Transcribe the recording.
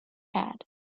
had